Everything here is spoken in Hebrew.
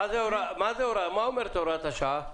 מה אומרת הוראת השעה?